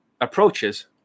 approaches